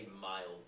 mild